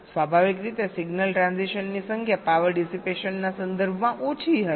સ્વાભાવિક રીતે સિગ્નલ ટ્રાન્ઝિશનની સંખ્યા પાવર ડિસીપેશનના સંદર્ભમાં ઓછી હશે